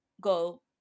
go